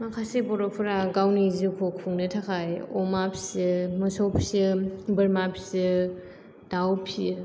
माखासे बर'फोरा गावनि जिउखौ खुंनो थाखाय अमा फिसियो मोसौ फिसियो बोरमा फिसियो दाउ फिसियो